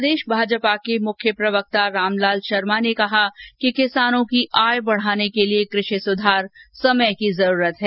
प्रदेश भाजपा के मुख्य प्रवक्ता रामलाल शर्मा ने कहा कि किसानों की आय बढ़ाने के लिए कृषि सुधार समय की ज़रूरत है